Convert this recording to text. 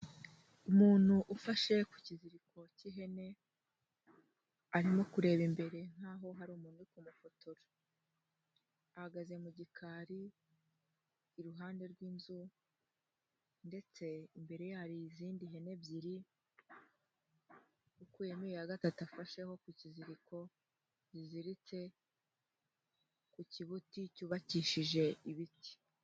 Umuntu ufashe ku kiziriko cy'ihene, arimo kureba imbere nk'aho hari umuntu uri kumufotora, ahagaze mu gikari iruhande rw'inzu, ndetse imbere hari izindi hene ebyiri ukuyemo iyi ya gatatu afasheho ku kiziriko kiziritse ku kibuti cyubakishije ibiti.